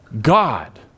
God